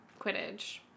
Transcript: Quidditch